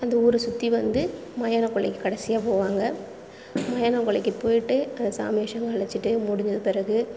அந்த ஊரை சுற்றி வந்து மயானக்கொள்ளைக்கு கடைசியாக போவாங்கள் மயானக்கொள்ளைக்கு போய்ட்டு அந்த சாமி வேஷம் களைச்சிட்டு முடிஞ்ச பிறகு